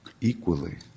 equally